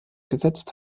gesetzt